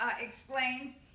explained